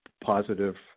positive